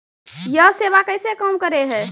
यह सेवा कैसे काम करै है?